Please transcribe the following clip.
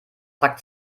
zack